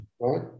right